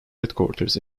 headquarters